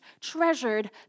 treasured